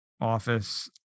office